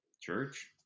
Church